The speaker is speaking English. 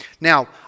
Now